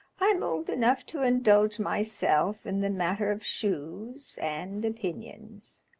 i'm old enough to indulge myself in the matter of shoes and opinions.